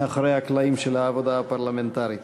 מאחורי הקלעים של העבודה הפרלמנטרית.